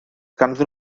ganddyn